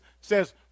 says